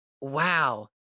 wow